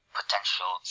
potential